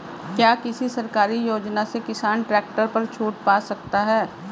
क्या किसी सरकारी योजना से किसान ट्रैक्टर पर छूट पा सकता है?